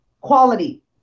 Quality